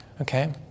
Okay